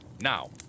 Now